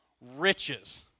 riches